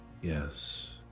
yes